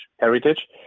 heritage